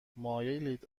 مایلید